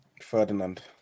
Ferdinand